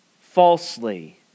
falsely